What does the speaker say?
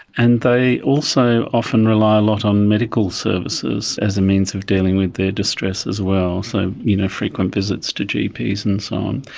and they also often rely a lot on medical services as a means of dealing with their distress as well. so, you know, frequent visits to gps and so on.